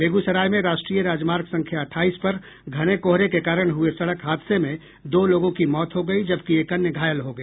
बेगूसराय में राष्ट्रीय राजमार्ग संख्या अठाईस पर घने कोहरे के कारण हुए सड़क हादसे में दो लोगों की मौत हो गयी जबकि एक अन्य घायल हो गया